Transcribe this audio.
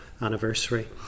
anniversary